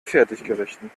fertiggerichten